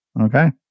Okay